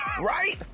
Right